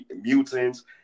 mutants